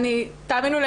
המעיינות האלה